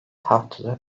haftada